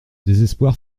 désespoir